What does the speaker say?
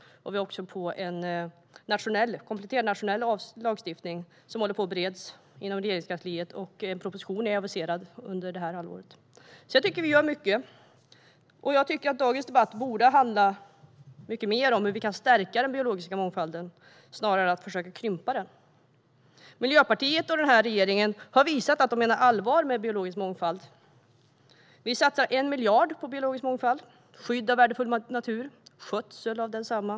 Vi har också en kompletterande nationell lagstiftning som håller på att beredas inom Regeringskansliet. En proposition är aviserad under det här halvåret. Jag tycker alltså att vi gör mycket. Jag tycker också att dagens debatt borde handla mycket mer om hur vi kan stärka den biologiska mångfalden snarare än att försöka krympa den. Miljöpartiet och den här regeringen har visat att vi menar allvar med biologisk mångfald. Vi satsar 1 miljard på biologisk mångfald, skydd av värdefull natur och skötsel av densamma.